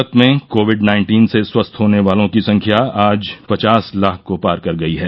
भारत में COVID nineteen से स्वस्थ होने वालों की संख्या आज पचास लाख को पार कर गई है